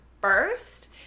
first